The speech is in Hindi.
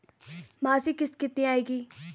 मासिक किश्त कितनी आएगी?